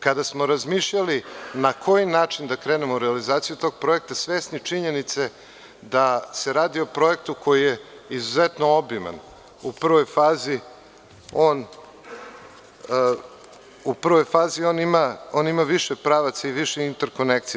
Kada smo razmišljali na koji način da krenemo u realizaciju tog projekta, svesni činjenice da se radi o projektu koji je izuzetno obiman, u prvoj fazi on ima više pravaca i više interkonekcija.